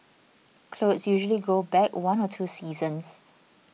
clothes usually go back one or two seasons